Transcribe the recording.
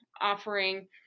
offering